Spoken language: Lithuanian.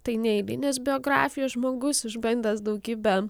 tai neeilinis biografijos žmogus išbandęs daugybę